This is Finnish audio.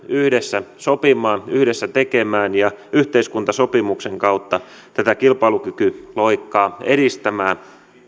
yhdessä sopimaan yhdessä tekemään ja yhteiskuntasopimuksen kautta tätä kilpailukykyloikkaa edistämään